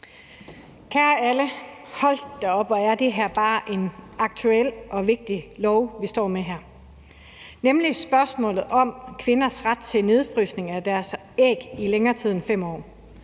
Kære alle. Hold da op, hvor er det bare et aktuelt og vigtigt lovforslag, vi står med her, nemlig om spørgsmålet om kvinders ret til nedfrysning af deres æg i længere tid end 5 år.